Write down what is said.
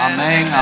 Amen